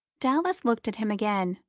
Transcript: dallas looked at him again,